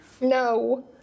No